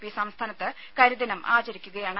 P സംസ്ഥാനത്ത് കരിദിനം ആചരിക്കുകയാണ്